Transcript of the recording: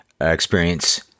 experience